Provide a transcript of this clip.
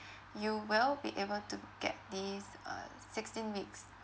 you will be able to get this uh sixteen weeks